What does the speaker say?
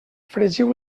fregiu